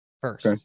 first